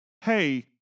hey